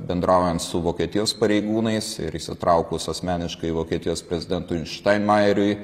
bendraujant su vokietijos pareigūnais ir įsitraukus asmeniškai vokietijos prezidentui štainmajeriui